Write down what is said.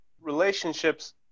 relationships